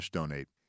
donate